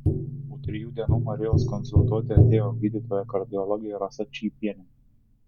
po trijų dienų marijos konsultuoti atėjo gydytoja kardiologė rasa čypienė